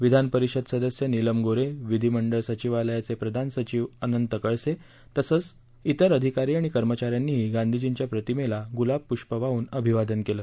विधान परिषद सदस्य नीलम गोऱ्हे विधिमंडळ सचिवालयाचे प्रदान सचीव अनंत कळसे तसंच तर अधिकारी आणि कर्मचाऱ्यांनीही गांधीजींच्या प्रतिमेला गुलाबपुष्प वाहून अभिवादन केलं